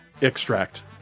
Extract